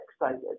excited